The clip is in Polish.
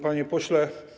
Panie Pośle!